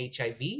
HIV